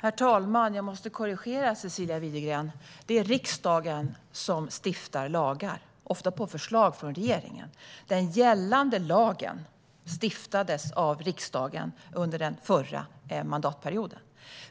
Herr talman! Jag måste korrigera Cecilia Widegren. Det är riksdagen som stiftar lagar, ofta på förslag från regeringen. Den gällande lagen stiftades av riksdagen under den förra mandatperioden.